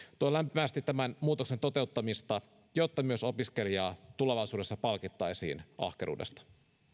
lämpimästi tämän muutoksen toteuttamista jotta myös opiskelijaa tulevaisuudessa palkittaisiin ahkeruudesta